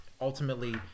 ultimately